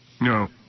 No